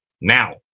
Now